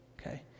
Okay